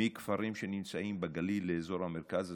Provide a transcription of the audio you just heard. מכפרים שנמצאים בגליל לאזור המרכז,